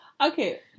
Okay